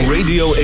Radio